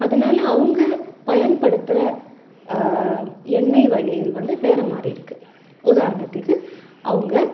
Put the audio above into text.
அதனால அவங்க பயன்படுத்துகிற எண்ணெய் வகைகள் வந்து வேறமாதிரி இருக்குது உதாரணத்துக்கு அவங்க